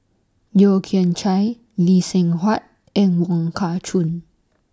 Yeo Kian Chai Lee Seng Huat and Wong Kah Chun